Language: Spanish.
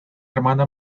hermana